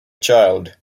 child